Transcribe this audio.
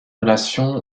relations